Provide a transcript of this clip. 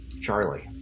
Charlie